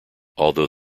although